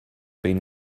been